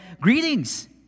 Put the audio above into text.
Greetings